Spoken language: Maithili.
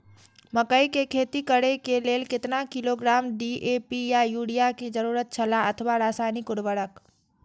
मकैय के खेती करे के लेल केतना किलोग्राम डी.ए.पी या युरिया के जरूरत छला अथवा रसायनिक उर्वरक?